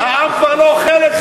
העם כבר לא אוכל את זה.